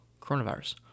coronavirus